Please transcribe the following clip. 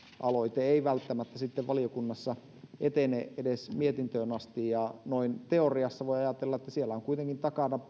aloite ei välttämättä sitten valiokunnassa etene edes mietintöön asti ja noin teoriassa voi ajatella että siellä on kuitenkin takana